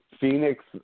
Phoenix